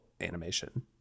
animation